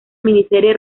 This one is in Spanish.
miniserie